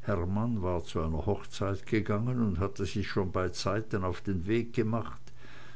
hermann war zu einer hochzeit gegangen und hatte sich schon beizeiten auf den weg gemacht